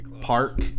park